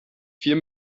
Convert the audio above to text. vier